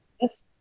yes